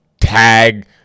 tag